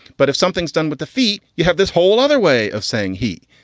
but if something's done with the feet, you have this whole other way of saying heat.